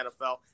NFL